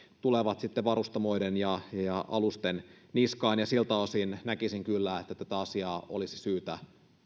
tulevat varustamoiden ja ja alusten niskaan ja siltä osin näkisin kyllä että tätä asiaa olisi syytä